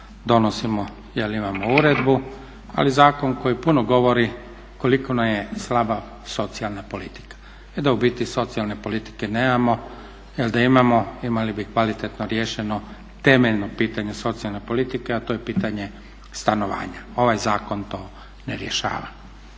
donosimo jer imamo uredbu ali i zakon koji puno govori koliko nam je slaba socijalna politika i da u biti socijalne politike nemamo. Jer da imamo imali bi kvalitetno riješeno temeljno pitanje socijalne politike, a to je pitanje stanovanja. Ovaj zakon to ne rješava.